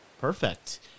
Perfect